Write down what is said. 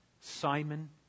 Simon